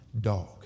dog